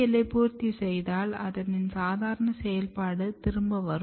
APL லை பூர்த்தி செய்தால் அதனின் சாதாரண செயல்பாடு திரும்ப வரும்